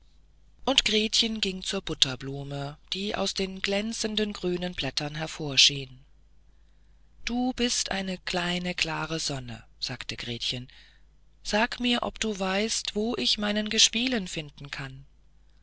und gretchen ging zur butterblume die aus den glänzenden grünen blättern hervorschien du bist eine kleine klare sonne sagte gretchen sage mir ob du weißt wo ich meinen gespielen finden kann